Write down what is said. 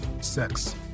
sex